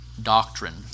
Doctrine